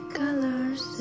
colors